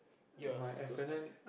yours go study